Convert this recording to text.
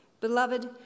beloved